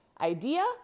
idea